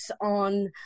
on